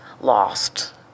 lost